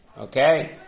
Okay